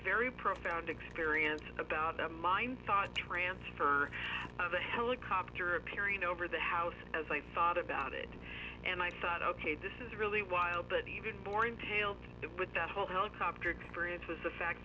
very profound experience about the mind thought transfer the helicopter appearing over the house as i thought about it and i thought ok this is really wild but even boring tales with that whole helicopter experience was the fact